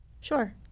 Sure